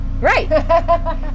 Right